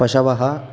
पशवः